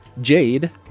Jade